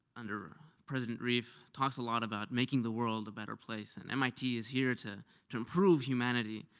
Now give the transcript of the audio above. under ah president reif, talks a lot about making the world a better place, and mit is here to to improve humanity.